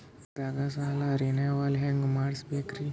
ಬ್ಯಾಂಕ್ದಾಗ ಸಾಲ ರೇನೆವಲ್ ಹೆಂಗ್ ಮಾಡ್ಸಬೇಕರಿ?